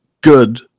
good